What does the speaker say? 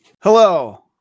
Hello